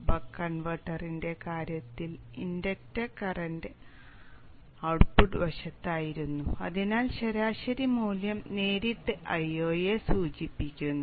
buck കൺവെർട്ടറിന്റെ കാര്യത്തിൽ inductor output വശത്തായിരുന്നു അതിനാൽ ശരാശരി മൂല്യം നേരിട്ട് Io യെ സൂചിപ്പിക്കുന്നു